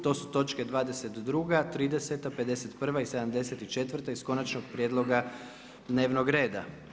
To su točke 22., 30., 51. i 74. iz Konačnog prijedloga dnevnog reda.